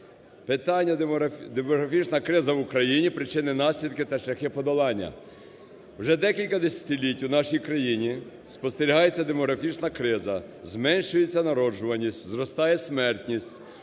питання "Демографічна криза в Україні: причини, наслідки та шляхи подолання". Вже декілька десятиліть в нашій країні спостерігається демографічна криза, зменшується народжуваність, зростає смертність,